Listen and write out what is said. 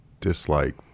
dislike